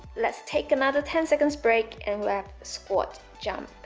let's take another ten seconds break and we have squat jump